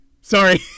Sorry